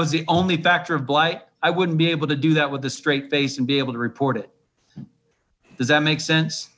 was the only factor of blight i wouldn't be able to do that with a straight face and be able to report it does that make sense